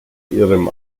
ihrem